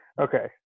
Okay